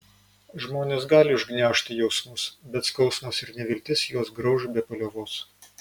žmonės gali užgniaužti jausmus bet skausmas ir neviltis juos grauš be paliovos